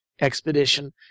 expedition